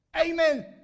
amen